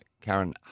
Karen